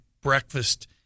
breakfast